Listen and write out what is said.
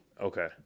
Okay